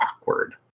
awkward